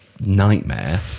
nightmare